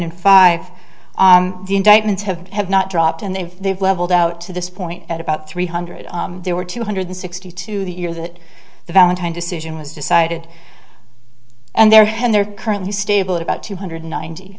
and five the indictments have have not dropped and they've they've leveled out to this point at about three hundred there were two hundred sixty two the year that the valentine decision was decided and their head they're currently stable at about two hundred ninety